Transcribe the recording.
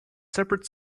separate